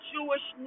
Jewish